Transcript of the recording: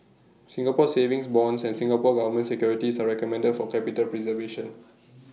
Singapore savings bonds and Singapore Government securities are recommended for capital preservation